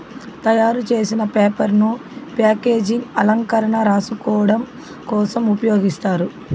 తయారు చేసిన పేపర్ ను ప్యాకేజింగ్, అలంకరణ, రాసుకోడం కోసం ఉపయోగిస్తారు